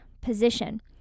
position